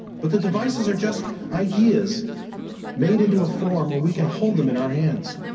but the devices are just ideas made into a form where we can hold them in our hands.